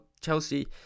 Chelsea